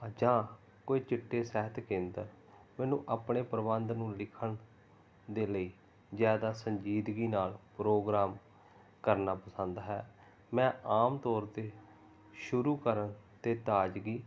ਜਾਂ ਕੋਈ ਚਿੱਟੇ ਸਹਿਤ ਕੇਂਦਰ ਮੈਨੂੰ ਆਪਣੇ ਪ੍ਰਬੰਧ ਨੂੰ ਲਿਖਣ ਦੇ ਲਈ ਜ਼ਿਆਦਾ ਸੰਜੀਦਗੀ ਨਾਲ ਪ੍ਰੋਗਰਾਮ ਕਰਨਾ ਪਸੰਦ ਹੈ ਮੈਂ ਆਮ ਤੌਰ 'ਤੇ ਸ਼ੁਰੂ ਕਰਨ ਤੇ ਤਾਜ਼ਗੀ